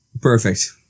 Perfect